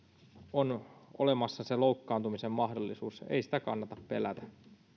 on olemassa se loukkaantumisen mahdollisuus ei sitä kannata pelätä